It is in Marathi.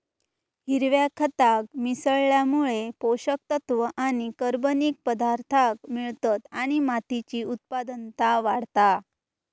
हिरव्या खताक मिसळल्यामुळे पोषक तत्त्व आणि कर्बनिक पदार्थांक मिळतत आणि मातीची उत्पादनता वाढता